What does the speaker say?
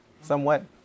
somewhat